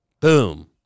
Boom